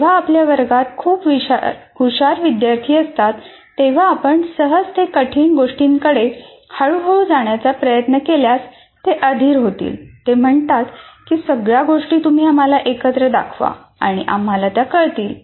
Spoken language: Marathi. जेव्हा आपल्या वर्गात खूप हुशार विद्यार्थी असतात तेव्हा आपण सहज ते कठीण गोष्टींकडे हळू हळू जाण्याचा प्रयत्न केल्यास ते अधीर होतील ते म्हणतात की सगळ्या गोष्टी तुम्ही आम्हाला एकत्र दाखवा आणि आम्हाला त्या कळतील